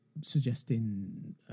suggesting